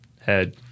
head